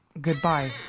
Goodbye